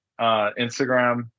Instagram